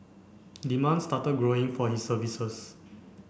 demand started growing for his services